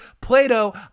Plato